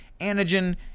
Antigen